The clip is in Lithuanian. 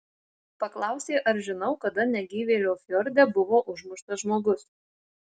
paklausė ar žinau kada negyvėlio fjorde buvo užmuštas žmogus